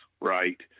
right